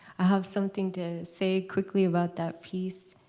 i have something to say quickly about that piece.